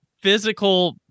physical